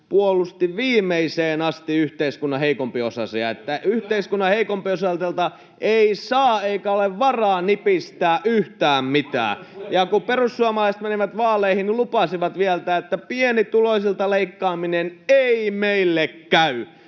[Mauri Peltokangas: Kyllä! Aivan oikein!] että yhteiskunnan heikompiosaisilta ei saa eikä ole varaa nipistää yhtään mitään. Ja kun perussuomalaiset menivät vaaleihin, niin lupasivat vielä, että pienituloisilta leikkaaminen ei meille käy,